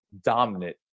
dominant